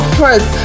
first